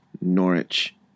Norwich